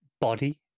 body